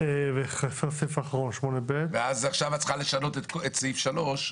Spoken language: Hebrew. אז את צריכה לשנות את פסקה (3),